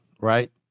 right